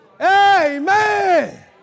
Amen